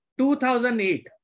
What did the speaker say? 2008